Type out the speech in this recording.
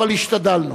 אבל השתדלנו.